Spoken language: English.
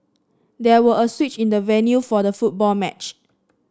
there were a switch in the venue for the football match